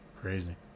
Crazy